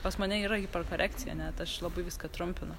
pas mane yra hiperkorekcija net aš labai viską trumpinu